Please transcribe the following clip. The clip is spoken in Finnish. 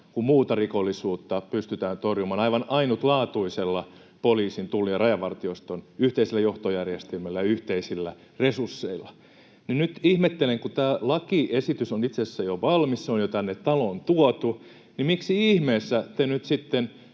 kuin muuta rikollisuutta pystytään torjumaan aivan ainutlaatuisella poliisin, Tullin ja Rajavartioston yhteisillä johtojärjestelmillä ja yhteisillä resursseilla. Nyt ihmettelen, kun tämä lakiesitys on itse asiassa jo valmis, se on jo tänne taloon tuotu, miksi ihmeessä te nyt sitten